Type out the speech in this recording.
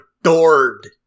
adored